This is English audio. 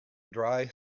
dry